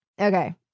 Okay